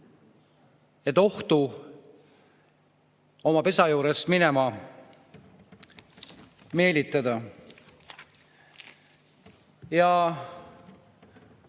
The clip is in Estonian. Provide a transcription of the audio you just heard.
et ohtu oma pesa juurest minema meelitada. Kui